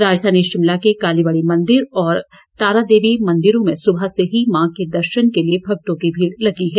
राजधानी शिमला के कालीबाड़ी मंदिर और तारादेवी मंदिरों में सुबह से मां के दर्शन के लिए भक्तों की भीड़ लगी है